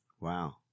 Wow